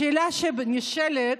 השאלה הנשאלת: